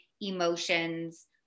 emotions